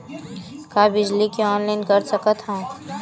का बिजली के ऑनलाइन कर सकत हव?